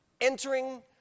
Entering